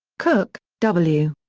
cooke, w.